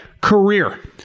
career